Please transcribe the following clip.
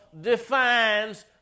defines